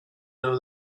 know